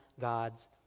God's